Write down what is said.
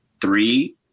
three